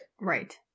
Right